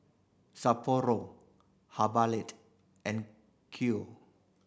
Sapporo and Q